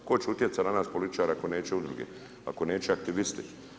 Tko će utjecati na naš političare ako neće udruge, ako neće aktivisti.